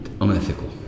unethical